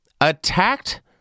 attacked